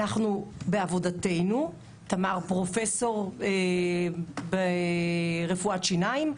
בעבודתנו תמר פרופסור ברפואת שיניים,